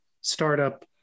startup